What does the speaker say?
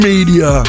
Media